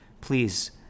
please